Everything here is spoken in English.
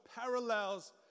parallels